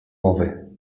mowy